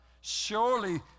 Surely